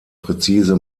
präzise